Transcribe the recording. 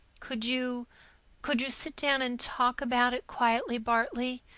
could you could you sit down and talk about it quietly, bartley,